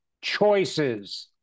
choices